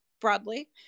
broadly